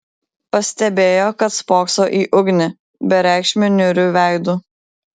pastebėjo kad spokso į ugnį bereikšmiu niūriu veidu